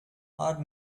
are